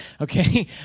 Okay